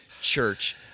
church